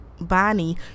bonnie